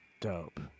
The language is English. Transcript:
Dope